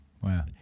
wow